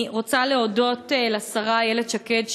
אני רוצה להודות לשרה איילת שקד,